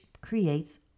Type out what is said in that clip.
creates